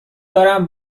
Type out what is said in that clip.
دارم